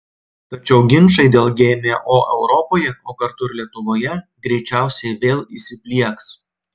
tačiau ginčai dėl gmo europoje o kartu ir lietuvoje greičiausiai vėl įsiplieks